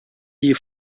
die